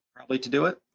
probably, to do it.